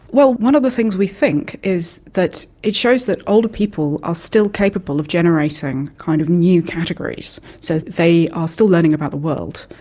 well, one of the things we think is that it shows that older people are still capable generating kind of new categories. so they are still learning about the world.